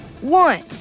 One